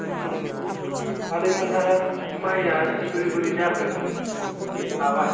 आदै मोनहा माइया बोरै बोरै जाखो हाबाय